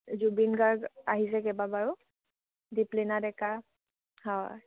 জুবিন গাৰ্গ আহিছে কেইবা বাৰু দিপলীনা ডেকা হয়